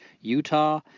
Utah